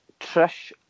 Trish